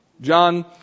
John